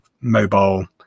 mobile